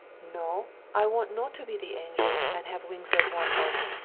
no i want not to be the angel and have wings like one hen!